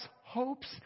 hopes